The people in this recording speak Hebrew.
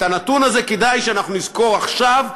את הנתון הזה כדאי שאנחנו נזכור עכשיו,